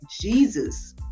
jesus